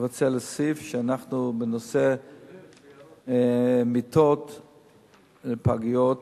אני רוצה להוסיף שבנושא מיטות בפגיות,